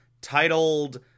titled